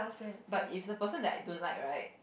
but if is a person I don't like right